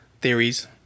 theories